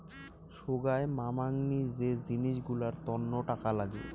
সোগায় মামাংনী যে জিনিস গুলার তন্ন টাকা লাগে